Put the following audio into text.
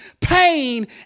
pain